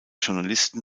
journalisten